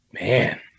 man